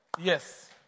Yes